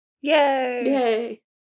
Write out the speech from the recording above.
Yay